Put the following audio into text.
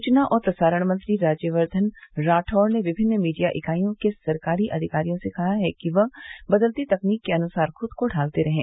सूचना और प्रसारण मंत्री राज्यवर्धन राठौड़ ने विभिन्न मीडिया इकाइयों के सरकारी अधिकारियों से कहा है कि वह बदलती तकनीक के अनुसार खुद को ढालते रहें